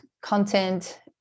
content